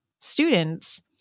students